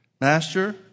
Master